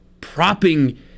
propping